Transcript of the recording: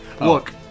look